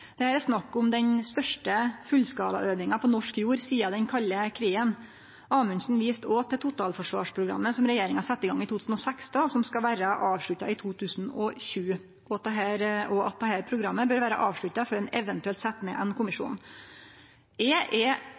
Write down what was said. Det er snakk om den største fullskalaøvinga på norsk jord sidan den kalde krigen. Amundsen viste òg til Totalforsvarsprogrammet som regjeringa sette i gang i 2016, og som skal vera avslutta i 2020, og at dette programmet bør vere avslutta før ein eventuelt set ned ein kommisjon. Eg er